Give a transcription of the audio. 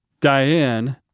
Diane-